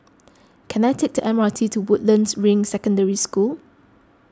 can I take the M R T to Woodlands Ring Secondary School